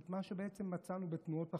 מה שמצאנו בתנועות אחרות,